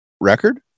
record